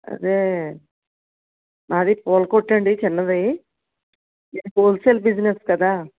అదే మాది పూలకొట్టండి చిన్నది హోల్సేల్ బిజినెస్ కదా